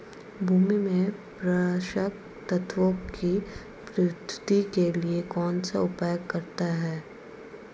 भूमि में पोषक तत्वों की पूर्ति के लिए कौनसा उपाय करते हैं?